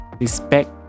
respect